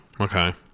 okay